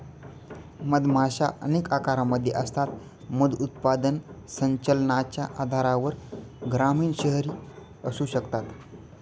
मधमाशा अनेक आकारांमध्ये असतात, मध उत्पादन संचलनाच्या आधारावर ग्रामीण, शहरी असू शकतात